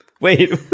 Wait